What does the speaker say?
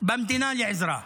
לעזרה במדינה,